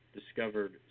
discovered